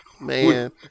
man